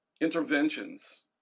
interventions